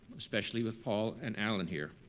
especially with paul and alan here,